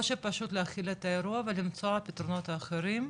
או שפשוט להכיל את האירוע ולמצוא פתרונות אחרים,